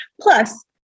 Plus